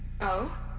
oh.